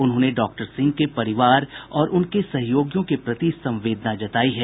उन्होंने डॉक्टर सिंह के परिवार और उनके सहयोगियों के प्रति संवेदना जतायी है